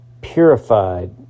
purified